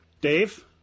Dave